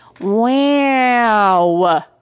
Wow